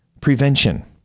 prevention